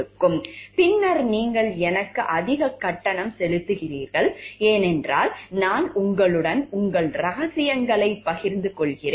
பின்னர் நீங்கள் எனக்கு அதிக கட்டணம் செலுத்துகிறீர்கள் ஏனென்றால் நான் உங்களுடன் உங்கள் ரகசியங்களை பகிர்ந்து கொள்கிறேன்